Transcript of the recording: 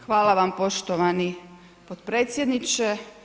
Hvala vam poštovani potpredsjedniče.